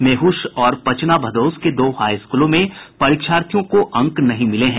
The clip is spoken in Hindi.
मेहुष और पचना भदौस के दो हाई स्कूलों में परीक्षार्थियों का अंक नहीं मिले हैं